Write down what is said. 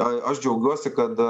a aš džiaugiuosi kad